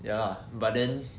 ya lah but then